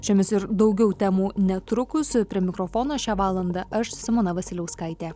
šiomis ir daugiau temų netrukus prie mikrofono šią valandą aš simona vasiliauskaitė